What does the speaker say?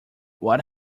what